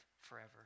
forever